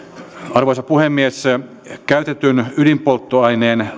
arvoisa puhemies käytetyn ydinpolttoaineen